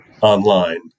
online